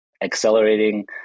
accelerating